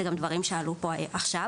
אלה גם דברים שעלו פה עכשיו: